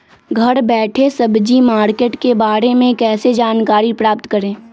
घर बैठे सब्जी मार्केट के बारे में कैसे जानकारी प्राप्त करें?